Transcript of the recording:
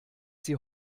sie